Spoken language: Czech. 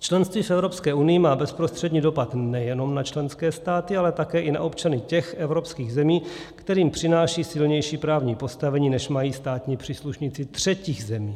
Členství v Evropské unii má bezprostřední dopad nejenom na členské státy, ale i na občany těch evropských zemí, kterým přináší silnější právní postavení, než mají státní příslušníci třetích zemí.